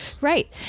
Right